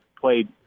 played